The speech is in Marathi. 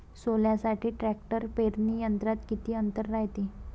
सोल्यासाठी ट्रॅक्टर पेरणी यंत्रात किती अंतर रायते?